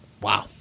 Wow